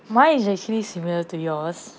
mine is actually similar to yours